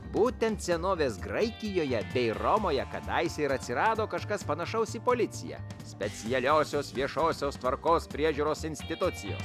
būtent senovės graikijoje bei romoje kadaise ir atsirado kažkas panašaus į policiją specialiosios viešosios tvarkos priežiūros institucijos